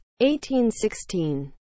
1816